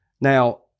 Now